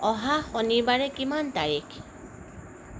অহা শনিবাৰে কিমান তাৰিখ